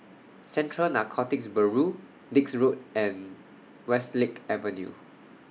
Central Narcotics Bureau Dix Road and Westlake Avenue